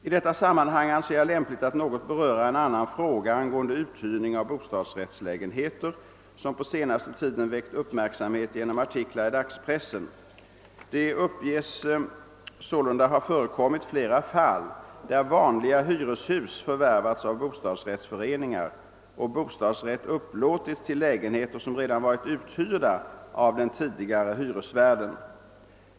I detta sammanhang anser jag det lämpligt att något beröra en annan fråga angående uthyrning av bostadsrättslägenheter, som på senaste tiden väckt uppmärksamhet genom artiklar i dagspressen. Det uppges sålunda ha förekommit flera fall där vanliga hyreshus förvärvats av bostadsrättsföreningar och bostadsrätt upplåtits till lägenheter som redan varit uthyrda av den tidigare hyresvärden.